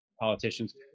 politicians